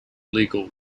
legal